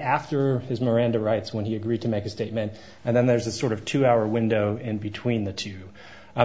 after his miranda rights when he agreed to make a statement and then there's a sort of two hour window in between the two